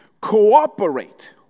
cooperate